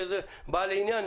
בעל העניין,